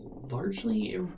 largely